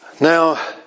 Now